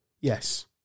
yes